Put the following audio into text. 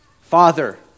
Father